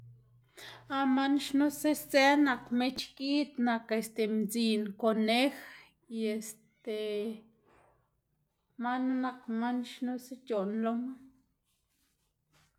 Ah man xnusa sdzë nak mechgid, nak este mdzin, konej y este manu nak man xnusa c̲h̲oꞌn loma.